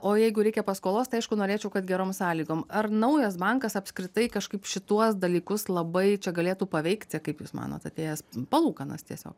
o jeigu reikia paskolos tai aišku norėčiau kad gerom sąlygoms ar naujas bankas apskritai kažkaip šituos dalykus labai čia galėtų paveikti kaip jūs manot atėjęs palūkanas tiesiog